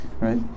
right